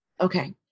Okay